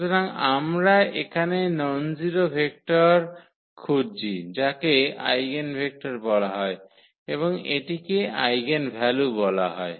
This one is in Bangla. সুতরাং আমরা এখানে ননজারো ভেক্টর খুঁজছি যাকে আইগেনভেক্টর বলা হয় এবং এটিকে আইগেনভ্যালু বলা হয়